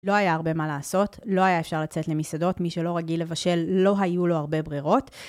לא היה הרבה מה לעשות, לא היה אפשר לצאת למסעדות, מי שלא רגיל לבשל לא היו לו הרבה ברירות.